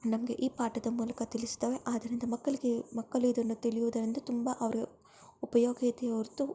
ನಮಗೆ ಈ ಪಾಠದ ಮೂಲಕ ತಿಳಿಸ್ತವೆ ಆದರಿಂದ ಮಕ್ಕಳ್ಗೆ ಮಕ್ಕಳು ಇದನ್ನು ತಿಳಿಯುವುದರಿಂದ ತುಂಬ ಅವರು ಉಪಯೋಗ ಇದೆಯೇ ಹೊರತು